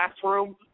classroom